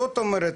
זאת אומרת,